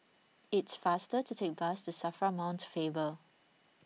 it's faster to take the bus to Safra Mount Faber